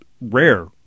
rare